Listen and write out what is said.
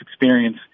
experience